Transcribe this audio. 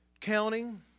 counting